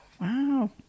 Wow